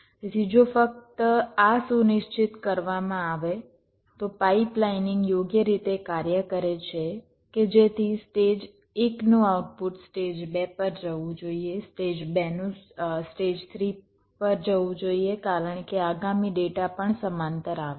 તેથી જો ફક્ત આ સુનિશ્ચિત કરવામાં આવે તો પાઇપલાઇનિંગ યોગ્ય રીતે કાર્ય કરે છે કે જેથી સ્ટેજ 1 નું આઉટપુટ સ્ટેજ 2 પર જવું જોઈએ સ્ટેજ 2 નું સ્ટેજ 3 પર જવું જોઈએ કારણ કે આગામી ડેટા પણ સમાંતર આવે છે